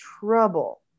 trouble